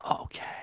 Okay